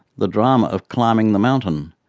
the drama of climbing the mountain,